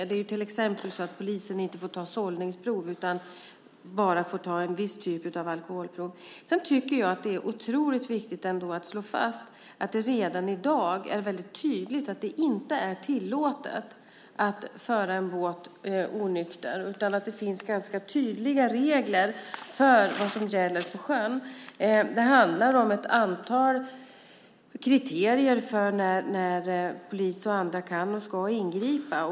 Det är till exempel så att polisen inte får ta sållningsprov utan bara en viss typ av alkoholprov. Jag tycker att det är otroligt viktigt att slå fast att det redan i dag är tydligt att det inte är tillåtet att föra en båt onykter. Det finns ganska tydliga regler för vad som gäller på sjön. Det handlar om ett antal kriterier för när polis och andra kan och ska ingripa.